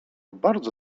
bardzo